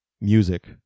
music